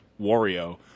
Wario